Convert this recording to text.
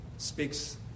speaks